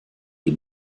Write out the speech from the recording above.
die